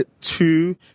two